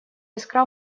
искра